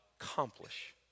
accomplish